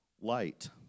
Light